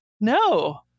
no